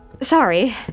Sorry